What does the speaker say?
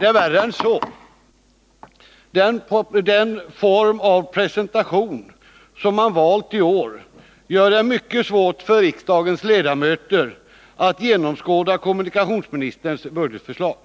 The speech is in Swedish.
det är värre än så. Den form av presentation som valts i år gör det mycket svårt för riksdagens ledamöter att genomskåda kommunikationsministerns budgetförslag.